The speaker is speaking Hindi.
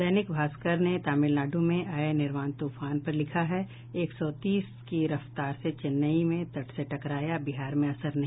दैनिक भास्कर ने तामिलनाड़ में आये निवार तूफान पर लिखा है एक सौ तीस की रफ्तार से चेन्नई में तट से टकराया बिहार में असर नहीं